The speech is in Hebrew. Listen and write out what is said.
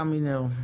קמינר.